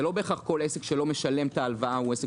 לא בהכרח כל עסק שלא משלם את ההלוואה הוא עסק